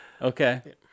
Okay